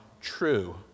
true